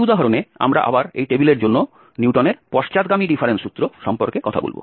এই উদাহরণে আমরা আবার এই টেবিলের জন্য নিউটনের পশ্চাদগামী ডিফারেন্স সূত্র সম্পর্কে কথা বলব